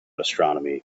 astronomy